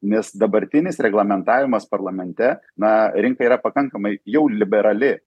nes dabartinis reglamentavimas parlamente na rinka yra pakankamai jau liberali